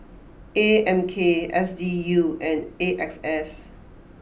A M K S D U and A X S